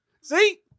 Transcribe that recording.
See